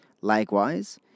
Likewise